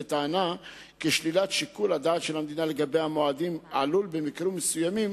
בטענה כי שלילת שיקול הדעת של המדינה לגבי המועדים עלול במקרים מסוימים